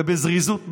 ובזריזות מאוד.